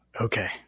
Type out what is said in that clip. Okay